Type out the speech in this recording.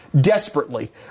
desperately